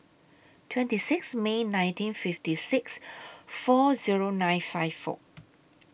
twenty six May nineteen fifty six four Zero nine five four